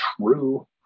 true